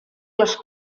les